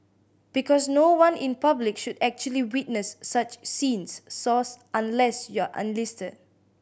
because no one in public should actually witness such scenes Source Unless you're enlisted